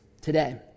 today